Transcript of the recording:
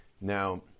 Now